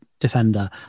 defender